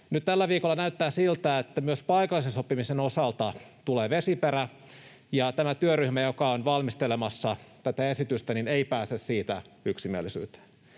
tällä viikolla näyttää siltä, että myös paikallisen sopimisen osalta tulee vesiperä, kun työryhmä, joka on valmistelemassa tätä esitystä, ei pääse siitä yksimielisyyteen.